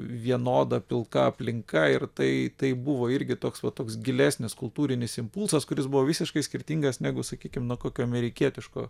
vienoda pilka aplinka ir tai tai buvo irgi toks vat toks gilesnis kultūrinis impulsas kuris buvo visiškai skirtingas negu sakykim nuo kokio amerikietiško